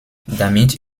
damit